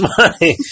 money